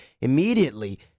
Immediately